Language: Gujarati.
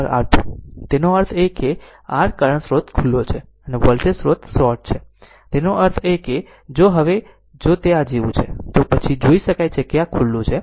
તેનો અર્થ એ કે કરંટ સ્રોત ખુલ્લો છે અને વોલ્ટેજ સ્રોત શોર્ટ છે તેનો અર્થ એ કે જો હવે જો તે આ જેવું છે તો પછી જોઈ શકાય છે કે આ ખુલ્લું છે